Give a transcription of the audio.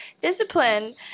discipline